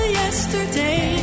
yesterday